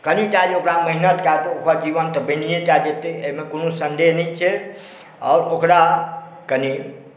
कनिटा जे ओकरा मेहनति कऽ कऽ ओकर जीवन तऽ बनिएटा जेतै एहिमे कोनो सन्देह नहि छै आओर ओकरा कनि